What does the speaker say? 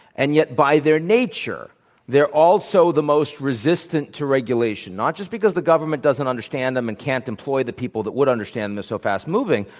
and yet by their nature they're also the most resistant to regulation, not just because the government doesn't understand them and can't employ the people that would understand. they're so fast moving.